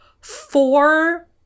four